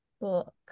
book